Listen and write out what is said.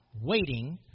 waiting